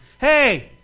Hey